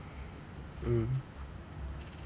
mm